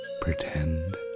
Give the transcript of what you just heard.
pretend